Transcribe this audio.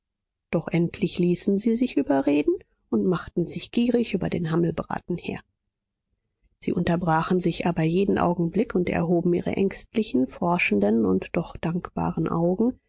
doch endlich ließen sie sich überreden und machten sich gierig über den hammelbraten her sie unterbrachen sich aber jeden augenblick und erhoben ihre ängstlichen forschenden und doch dankbaren augen